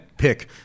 pick